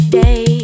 day